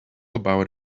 about